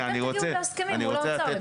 ואתם תגיעו להסכמים מול האוצר.